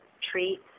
treat